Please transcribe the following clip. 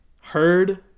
heard